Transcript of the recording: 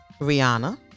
Rihanna